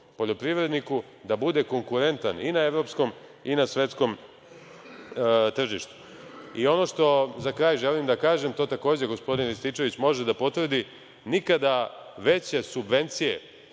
poljoprivredniku da bude konkurentan i na evropskom i na svetskom tržištu. Ono što za kraj želim da kažem, to takođe gospodin Rističević može da potvrdi, nikada veće subvencije